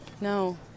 No